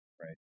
right